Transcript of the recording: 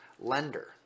lender